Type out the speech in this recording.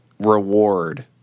reward